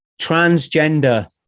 transgender